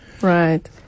Right